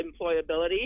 employability